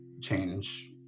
change